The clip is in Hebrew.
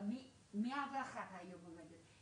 בקורונה הושקעו המון מאמצים.